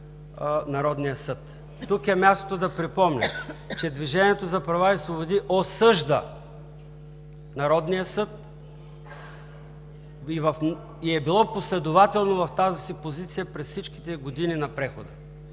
Народния съд. Тук е мястото да припомня, че Движението за права и свободи осъжда Народния съд и е било последователно в тази си позиция през всичките години на прехода.